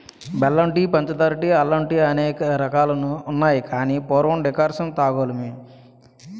బెల్లం టీ పంచదార టీ అల్లం టీఅనేక రకాలున్నాయి గాని పూర్వం డికర్షణ తాగోలుము